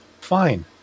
fine